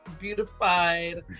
beautified